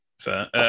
Fair